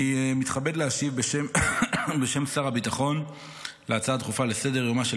אני מתכבד להשיב בשם שר הביטחון להצעה הדחופה על סדר-יומה של